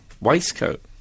waistcoat